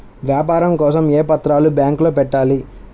వ్యాపారం కోసం ఏ పత్రాలు బ్యాంక్లో పెట్టాలి?